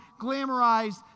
glamorized